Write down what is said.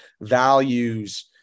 values